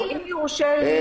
בוודאי שזה קשור, אם יורשה לי.